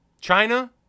China